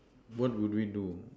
what would we do